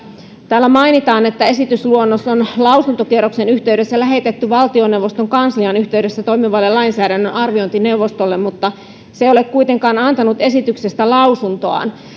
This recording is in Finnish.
täällä mainitaan että esitysluonnos on lausuntokierroksen yhteydessä lähetetty valtioneuvoston kanslian yhteydessä toimivalle lainsäädännön arviointineuvostolle mutta se ei ole kuitenkaan antanut esityksestä lausuntoaan